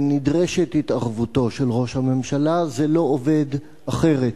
נדרשת התערבותו של ראש הממשלה, זה לא עובד אחרת.